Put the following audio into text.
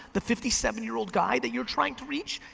the fifty seven year old guy that you're trying to reach,